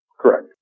Correct